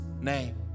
name